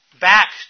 back